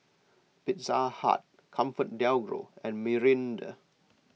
Pizza Hut ComfortDelGro and Mirinda